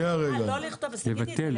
לא לכתוב.